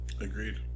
Agreed